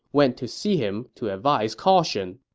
went to see him to advise caution.